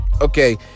Okay